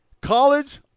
College